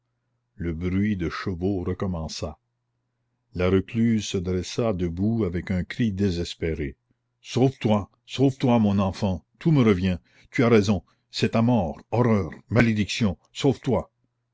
le bruit de chevaux recommença la recluse se dressa debout avec un cri désespéré sauve-toi sauve-toi mon enfant tout me revient tu as raison c'est ta mort horreur malédiction sauve-toi